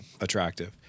attractive